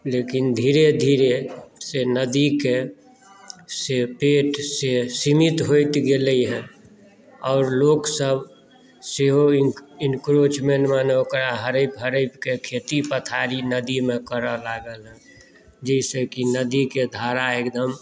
लेकिन धीरे धीरे से नदीके से पेट से सीमित होइत गेलै हँ आओर लोकसभ सेहो एन्क्रोचमेंट माने ओकरा हड़पि हड़पिक खेती पथारी नदीमे करऽ लागल जाहिसॅं की नदीक धारा एकदम